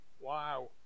wow